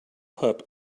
pup